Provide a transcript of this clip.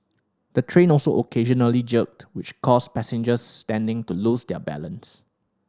the train also occasionally jerked which caused passengers standing to lose their balance